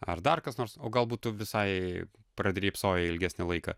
ar dar kas nors o galbūt tu visai pradrybsojai ilgesnį laiką